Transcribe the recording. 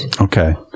Okay